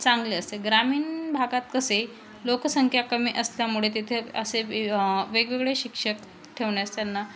चांगले असते ग्रामीण भागात कसे लोकसंख्या कमी असल्यामुळे तिथे असे वेगवेगळे शिक्षक ठेवण्यास त्यांना